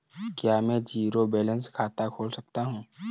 क्या मैं zero balance खाता खोल सकता हूँ?